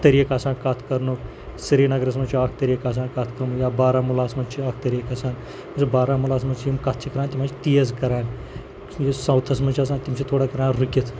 طریٖق آسان کَتھ کَرنُک سرینگرَس منٛز چھُ اَکھ طریٖق آسان کَتھ کَرنُک یا بارہمولاہَس منٛز چھِ اَکھ طریٖق آسان زِ بارہمولاہَس منٛز چھِ یِم کَتھ چھِ کَران تِم حظ چھِ تیز کَران یُس ساوُتھَس منٛز چھِ آسان تِم چھِ تھوڑا کَران رُکِتھ